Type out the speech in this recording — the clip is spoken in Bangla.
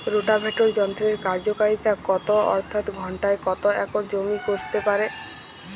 রোটাভেটর যন্ত্রের কার্যকারিতা কত অর্থাৎ ঘণ্টায় কত একর জমি কষতে পারে?